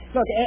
Look